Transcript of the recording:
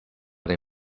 they